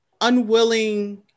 unwilling